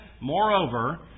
moreover